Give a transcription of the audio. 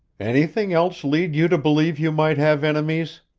anything else lead you to believe you might have enemies?